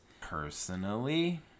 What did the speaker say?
personally